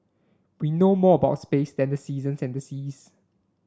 we know more about space than the seasons and the seas